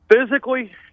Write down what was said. Physically